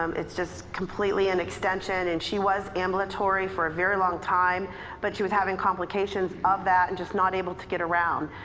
um it's just completely an extension and she was ambulatory for a very long time but she was having complications of that and just not able to get around.